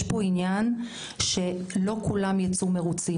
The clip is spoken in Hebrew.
יש פה עניין שלא כולם ייצאו מרוצים.